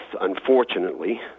unfortunately